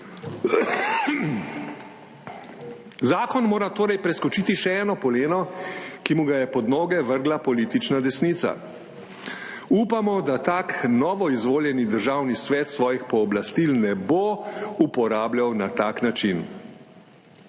Zakon mora torej preskočiti še eno poleno, ki mu ga je pod noge vrgla politična desnica. Upamo, da tak novoizvoljeni Državni svet svojih pooblastil ne bo uporabljal na tak način.